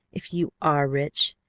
if you are rich.